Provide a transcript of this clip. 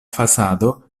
fasado